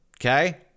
okay